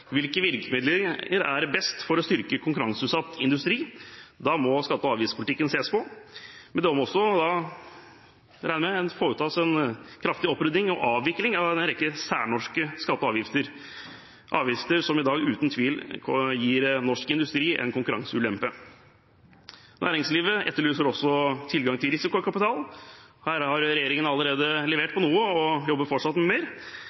hvilke virkemidler som er best for å styrke konkurranseutsatt industri. Da må skatte- og avgiftspolitikken ses på, men det må også, regner jeg med, foretas en kraftig opprydding og avvikling av en rekke særnorske skatter og avgifter – avgifter som i dag uten tvil gir norsk industri en konkurranseulempe. Næringslivet etterlyser også tilgang til risikokapital. Her har regjeringen allerede levert på noe og jobber fortsatt med mer,